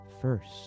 first